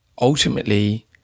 ultimately